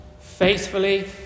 Faithfully